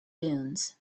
dunes